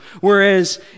whereas